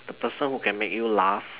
the person who can make you laugh